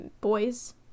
boys